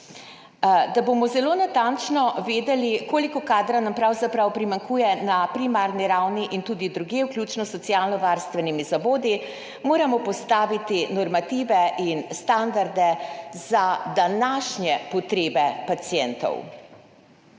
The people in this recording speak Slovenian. Da bomo zelo natančno vedeli, koliko kadra nam pravzaprav primanjkuje na primarni ravni in tudi drugje, vključno s socialnovarstvenimi zavodi, moramo postaviti normative in standarde za današnje potrebe pacientov.